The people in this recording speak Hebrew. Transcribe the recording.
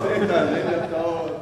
בטיחות...